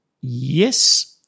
Yes